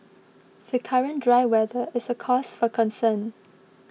the current dry weather is a cause for concern